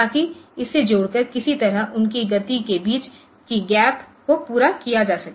ताकि इसे जोड़कर किसी तरह उनकी गति के बीच की गैप को पूरा किया जा सके